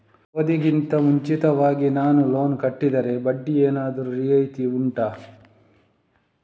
ಅವಧಿ ಗಿಂತ ಮುಂಚಿತವಾಗಿ ನಾನು ಲೋನ್ ಕಟ್ಟಿದರೆ ಬಡ್ಡಿ ಏನಾದರೂ ರಿಯಾಯಿತಿ ಉಂಟಾ